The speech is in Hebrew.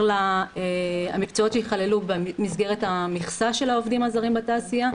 למקצועות שיכללו במסגרת המכסה של העובדים הזרים בתעשייה.